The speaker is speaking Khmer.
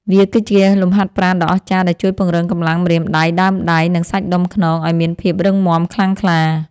វាគឺជាលំហាត់ប្រាណដ៏អស្ចារ្យដែលជួយពង្រឹងកម្លាំងម្រាមដៃ ដើមដៃ និងសាច់ដុំខ្នងឱ្យមានភាពរឹងមាំខ្លាំងក្លា។